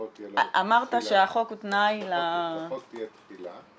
החוק -- אמרת שהחוק הוא תנאי ל- - החוק יהיה תחילה.